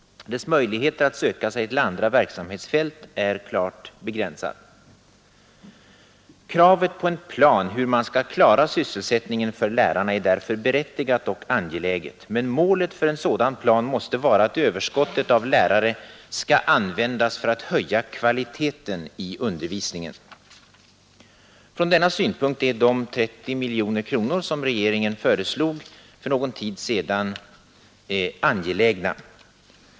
Dess möjligheter att söka sig till andra verksamhetsfält är relativt begränsade. Kravet på en plan för hur man skall klara sysselsättningen för lärarna är därför berättigat och angeläget. Men målet för en sådan plan måste vara att överskott av lärare skall användas för att höja kvaliteten i undervisningen. Från denna synpunkt är de 30 miljoner kronor som regeringen föreslog för någon tid sedan angelägna.